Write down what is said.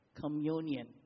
Communion